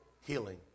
healing